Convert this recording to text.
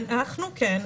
אנחנו כן.